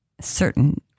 certain